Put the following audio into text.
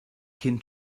cyn